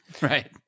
Right